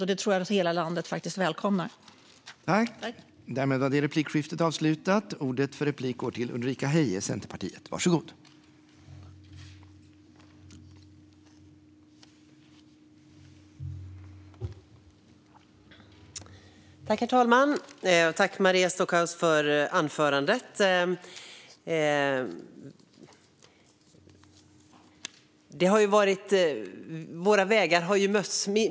Jag tror att hela landet välkomnar det.